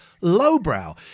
lowbrow